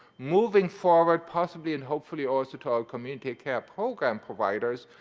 moving forward possibly and hopefully also to our community care program providers.